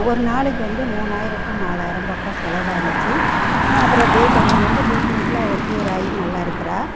ஒரு நாளைக்கு வந்து மூணாயிரம் டூ நாலாயிரம் பக்கம் செலவானுச்சு ஆனால் அப்புறம் அப்டே கொஞ்சம் கொஞ்சம் ட்ரீட்மென்ட்டில் அவள் கியூர் ஆயி நல்லாருக்கிறா